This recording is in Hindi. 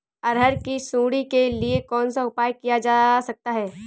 अरहर की सुंडी के लिए कौन सा उपाय किया जा सकता है?